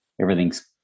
everything's